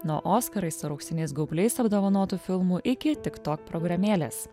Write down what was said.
nuo oskarais ar auksiniais gaubliais apdovanotų filmų iki tik tok programėlės